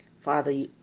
Father